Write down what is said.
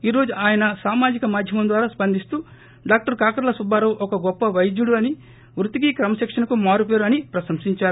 ఈరోజు ఆయన సామాజిక మధ్యమం ద్వారా స్పందిస్తూ డాక్టర్ కాకర్ల సుబ్బారావు ఒక గొప్ప పైద్యుడు అని వృత్తికి క్రమశిక్షణకు మారుపేరు అని ప్రశంసించారు